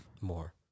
More